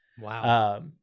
Wow